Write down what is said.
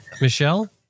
Michelle